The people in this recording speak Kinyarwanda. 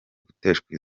guteshwa